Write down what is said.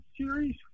series